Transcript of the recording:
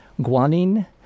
guanine